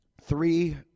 Three